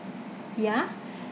ya